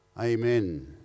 amen